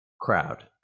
crowd